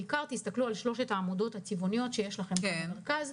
ותסתכלו בעיקר על שלוש העמודות הצבעוניות שיש במרכז,